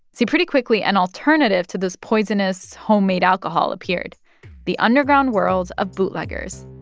see, pretty quickly, an alternative to this poisonous homemade alcohol appeared the underground world of bootleggers.